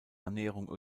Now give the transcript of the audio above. annäherung